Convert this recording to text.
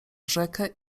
rzekę